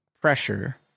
pressure